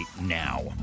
now